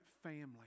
family